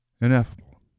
Ineffable